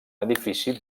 edifici